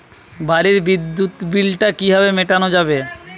বাড়ির বিদ্যুৎ বিল টা কিভাবে মেটানো যাবে?